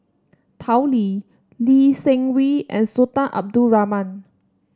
Tao Li Lee Seng Wee and Sultan Abdul Rahman